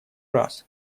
раз